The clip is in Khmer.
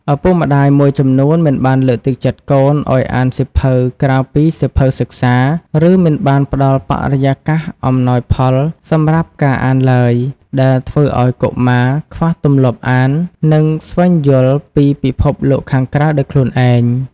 ឪពុកម្តាយមួយចំនួនមិនបានលើកទឹកចិត្តកូនឱ្យអានសៀវភៅក្រៅពីសៀវភៅសិក្សា ឬមិនបានផ្តល់បរិយាកាសអំណោយផលសម្រាប់ការអានឡើយ ដែលធ្វើឱ្យកុមារខ្វះទម្លាប់អាន និងស្វែងយល់ពីពិភពខាងក្រៅដោយខ្លួនឯង។